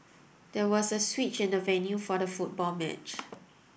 there was a switch in the venue for the football match